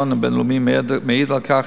הניסיון הבין-לאומי מעיד על כך